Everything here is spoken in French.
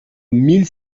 mille